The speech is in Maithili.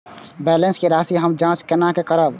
बैलेंस के राशि हम जाँच केना करब?